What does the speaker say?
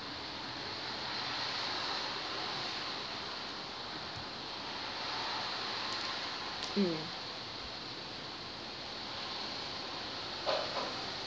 mm